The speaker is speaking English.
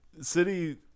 City